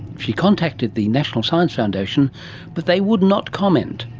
she contacted the national science foundation but they would not comment.